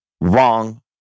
Wrong